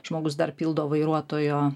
žmogus dar pildo vairuotojo